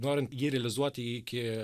norint jį realizuoti iki